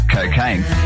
Cocaine